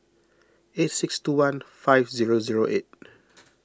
eight six two one five zero zero eight